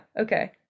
okay